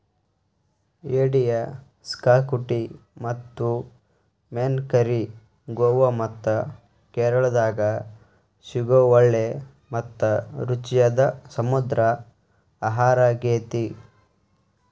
ಏಡಿಯ ಕ್ಸಾಕುಟಿ ಮತ್ತು ಮೇನ್ ಕರಿ ಗೋವಾ ಮತ್ತ ಕೇರಳಾದಾಗ ಸಿಗೋ ಒಳ್ಳೆ ಮತ್ತ ರುಚಿಯಾದ ಸಮುದ್ರ ಆಹಾರಾಗೇತಿ